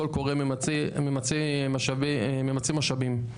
קול קורא ממצה משאבים.